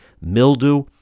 mildew